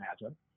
imagine